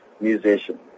musician